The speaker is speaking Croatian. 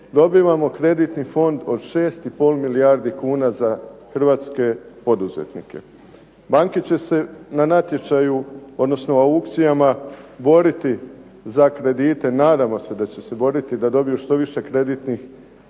dobivamo kreditni fond od 6 i pol milijardi kuna za hrvatske poduzetnike. Banke će se na natječaju, odnosno aukcijama boriti za kredite, nadamo se da će se boriti da dobiju što više kreditnih